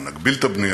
או נגביל את הבנייה,